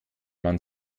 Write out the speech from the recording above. man